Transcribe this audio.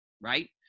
right